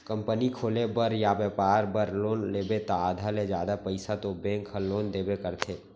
company खोले बर या बेपसाय बर लोन लेबे त आधा ले जादा पइसा तो बेंक ह लोन देबे करथे